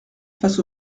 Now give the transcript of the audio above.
face